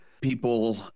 people